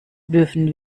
dürfen